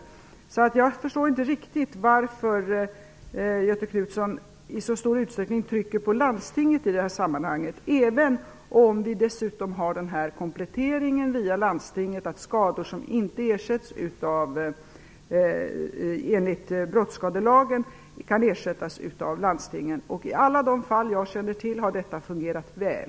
Jag förstår därför inte riktigt varför Göthe Knutson i så stor utsträckning trycker på landstingen i detta sammanhang, även om vi dessutom har den kompletteringen att skador som inte ersätts enligt brottsskadelagen kan ersättas av landstingen. I alla de fall som jag känner till har detta fungerat väl.